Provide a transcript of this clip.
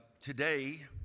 Today